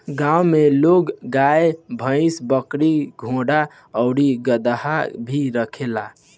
गांव में लोग गाय, भइस, बकरी, घोड़ा आउर गदहा भी रखेला